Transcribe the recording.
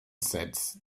sets